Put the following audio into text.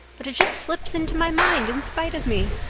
but it just slips into my mind in spite of me.